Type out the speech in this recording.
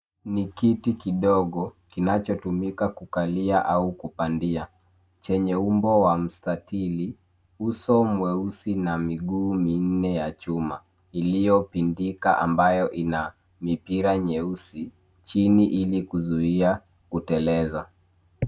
Ni kiti kidogo kinachotumika kukalia au kupandia, chenye umbo wa mstatili, uso mweusi na miguu minne ya chuma, iliyopindika ambayo ina mipira nyeusi chini ili kuzuiza kuteleza.